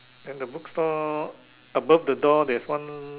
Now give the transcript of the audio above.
then the books store above the door there is one